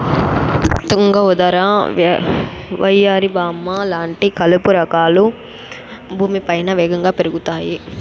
తుంగ, ఉదర, వయ్యారి భామ లాంటి కలుపు రకాలు భూమిపైన వేగంగా పెరుగుతాయి